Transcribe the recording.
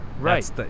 Right